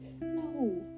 no